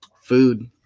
food